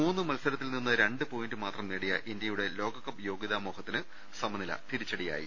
മൂന്ന് മത്സരത്തിൽ നിന്ന് രണ്ടുപോയന്റ് മാത്രം നേടിയ ഇന്തൃയുടെ ലോകകപ്പ് യോഗൃതാ മോഹത്തിന് സമനില തിരിച്ചുടിയായി